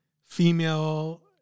female